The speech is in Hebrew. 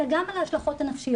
אלא גם על ההשלכות הנפשיות'.